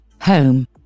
home